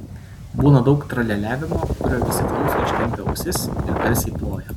būna daug tralialiavimo kurio visi klauso ištempę ausis ir garsiai ploja